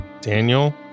Daniel